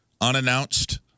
unannounced